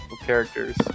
characters